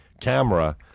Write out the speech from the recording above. camera